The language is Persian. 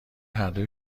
هردو